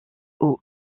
aux